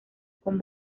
con